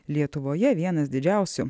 lietuvoje vienas didžiausių